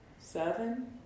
seven